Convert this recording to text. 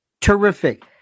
terrific